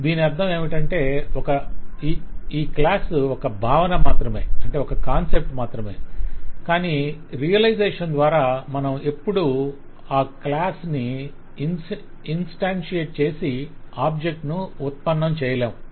దీని అర్థం ఏమిటంటే ఈ క్లాస్ ఒక భావన మాత్రమే కానీ రియలైజెషన్ ద్వారా మనం ఎప్పడూ ఆ క్లాస్ ని ఇన్స్టాన్సియెట్ చేసి ఆబ్జెక్ట్స్ ను ఉత్పన్నం చేయలేము